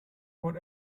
what